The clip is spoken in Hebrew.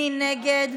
מי נגד?